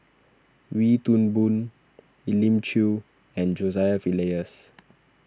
Wee Toon Boon Elim Chew and Joseph Elias